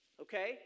Okay